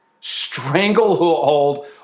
Stranglehold